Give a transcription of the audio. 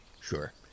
Sure